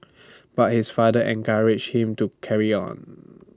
but his father encouraged him to carry on